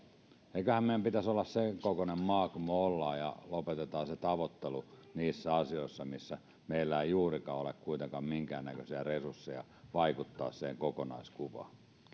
eiköhän meidän pitäisi olla sen kokoinen maa kuin me olemme ja lopetetaan se tavoittelu niissä asioissa missä meillä ei kuitenkaan ole juurikaan minkäännäköisiä resursseja vaikuttaa siihen kokonaiskuvaan